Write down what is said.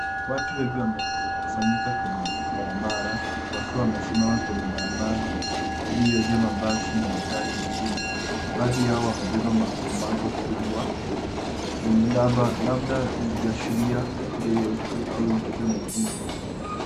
Watu wengi wamekusanyika kwenye barabara kuu wakiwa wamesimama kwenye barabara iliyojaa mabasi na magari mengine. Baadhi yao wamebeba mabango kubwa yenye namba labda ikiashiria bei ya usafiri au mzigo mwingine.